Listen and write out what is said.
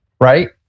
right